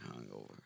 hungover